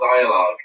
dialogue